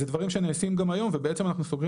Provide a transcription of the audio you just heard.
זה דברים שנעשים גם היום ובעצם אנחנו סוגרים